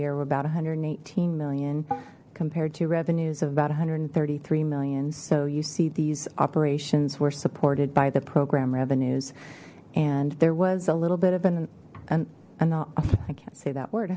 we're about a hundred and eighteen million compared to revenues of about one hundred and thirty three million so you see these operations were supported by the program revenues and there was a little bit of an enough i can't say that word